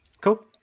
Cool